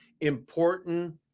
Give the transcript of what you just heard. important